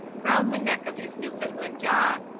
round the neck of his newfoundland dog,